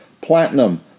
platinum